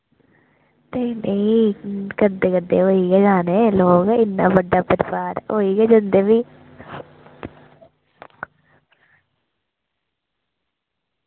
नेईं नेईं करदे करदे होई गै जाने लोग इ'न्ना बड्डा परिवार होई गै जन्दे फ्ही